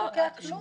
הוא לא תוקע כלום.